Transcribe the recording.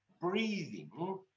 breathing